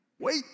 wait